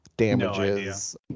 damages